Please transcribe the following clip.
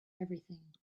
everything